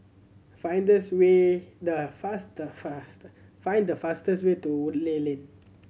find this way the fast fast find the fastest way to Woodleigh Lane